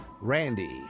Randy